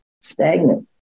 stagnant